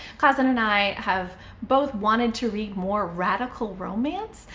kazen and i have both wanted to read more radical romance,